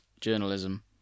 journalism